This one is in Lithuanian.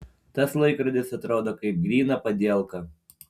tas laikrodis atrodo kaip gryna padielka